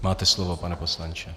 Máte slovo, pane poslanče.